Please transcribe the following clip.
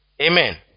Amen